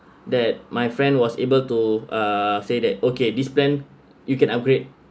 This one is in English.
that my friend was able to uh say that okay this plan you can upgrade